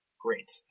Great